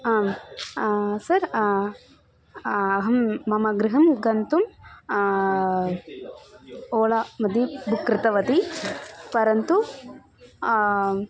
आम् सर् अहं मम गृहं गन्तुं ओला मध्ये बुक् कृतवती परन्तु